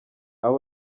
aba